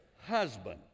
husband